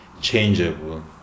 changeable